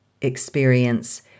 experience